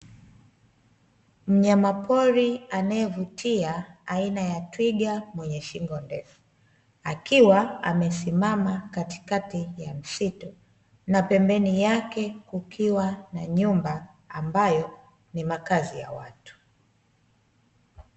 Mnyama pori anaevutia aina ya twiga mwenye shingo ndefu, akiwa amesimama katikati ya msitu, na pembeni yake kukiwa na nyumba ambayo ni makazi ya watu.